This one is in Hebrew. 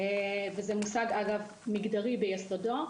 וזה מושג מגדרי ביסודו,